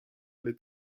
alle